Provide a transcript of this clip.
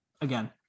again